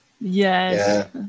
Yes